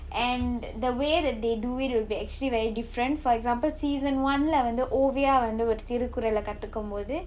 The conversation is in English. and the way that they do it would be actually very different for example season one lah வந்து:vanthu oviya வந்து ஒரு திருக்குரல கத்துக்கும் போது:vanthu oru thirukkurala kathukkum pothu